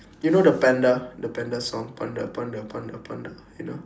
you know the panda the panda song panda panda panda panda you know